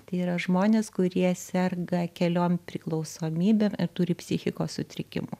tai yra žmonės kurie serga keliom priklausomybėm ir turi psichikos sutrikimų